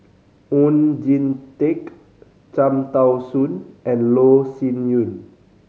Oon Jin Teik Cham Tao Soon and Loh Sin Yun